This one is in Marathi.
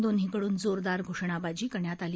दोन्हीकडून जोरदार घोषणाबाजी करण्यात आली